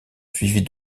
suivis